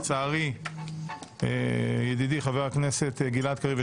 אבל לצערי ידידי חבר הכנסת גלעד קריב,